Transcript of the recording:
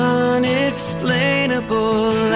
unexplainable